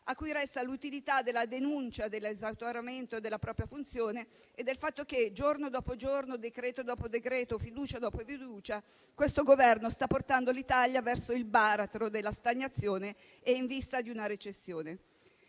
a cui resta l'utilità della denuncia dell'esautoramento della propria funzione e del fatto che, giorno dopo giorno, decreto dopo decreto, fiducia dopo fiducia, questo Governo sta portando l'Italia verso il baratro della stagnazione e in vista di una recessione.